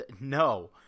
No